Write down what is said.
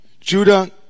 Judah